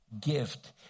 gift